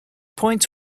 points